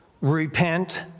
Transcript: Repent